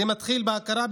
זה מתחיל בהכרה ביישובים,